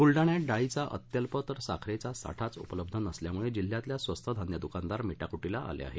बुलडाण्यात डाळीचा अत्यल्प तर साखरेचा साठाच उपलब्ध नसल्यामुळे जिल्ह्यातील स्वस्त धान्य दूकानदार मेटाकुटीला आले आहेत